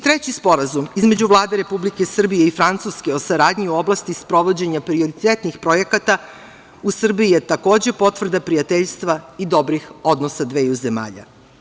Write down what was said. Treći Sporazum između Vlade Republike Srbije i Francuske o saradnju u oblasti sprovođenja prioritetnih projekata u Srbiji je takođe potvrda prijateljstva i dobrih odnosa dveju zemalja.